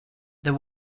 there